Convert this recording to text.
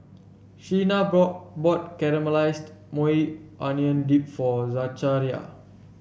Sheena brought bought Caramelized Maui Onion Dip for Zachariah